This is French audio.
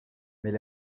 mais